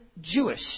Jewish